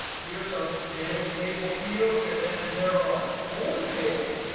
here's our pivot table fields. and there are four tables.